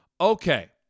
Okay